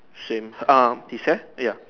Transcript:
same um this ya ya